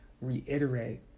reiterate